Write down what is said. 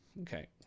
Okay